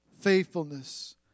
faithfulness